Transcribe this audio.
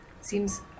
Seems